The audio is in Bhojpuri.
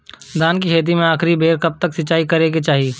धान के खेती मे आखिरी बेर कब सिचाई करे के चाही?